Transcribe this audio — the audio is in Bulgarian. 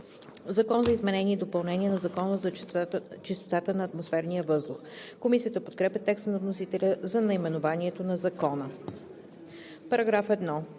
„Закон за изменение и допълнение на Закона за чистотата на атмосферния въздух“.“ Комисията подкрепя текста на вносителя за наименованието на Закона. По § 1